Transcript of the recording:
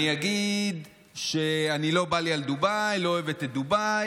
אני אגיד שלא בא לי על דובאי, לא אוהבת את דובאי.